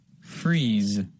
Freeze